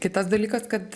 kitas dalykas kad